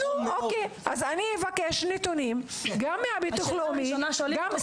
אני אבקש נתונים גם מהביטוח הלאומי.